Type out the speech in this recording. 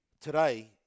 Today